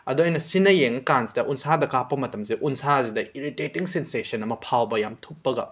ꯑꯗ ꯑꯩꯅ ꯁꯤꯖꯤꯟꯅ ꯌꯦꯡꯕ ꯀꯥꯟꯁꯤꯗ ꯎꯟꯁꯥꯗ ꯀꯥꯞꯄ ꯃꯇꯝꯁꯤꯗ ꯎꯟꯁꯥꯁꯤꯗ ꯏꯔꯤꯇꯦꯇꯤꯡ ꯁꯤꯟꯁꯦꯁꯟ ꯑꯃ ꯐꯥꯎꯕ ꯌꯥꯝꯅ ꯊꯨꯞꯄꯒ